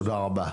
תודה רבה.